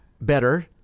better